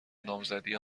نامزدی